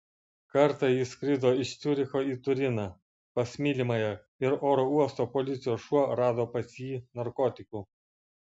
kartą jis skrido iš ciuricho į turiną pas mylimąją ir oro uosto policijos šuo rado pas jį narkotikų